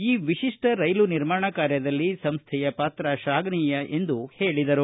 ಈ ವಿಶಿಷ್ಟ ರೈಲು ನಿರ್ಮಾಣ ಕಾರ್ಯದಲ್ಲಿ ಸಂಸೈಯ ಪಾತ್ರ ಶ್ಲಾಘನೀಯ ಎಂದು ಅವರು ಹೇಳಿದರು